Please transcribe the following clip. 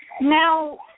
Now